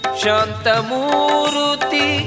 Shantamuruti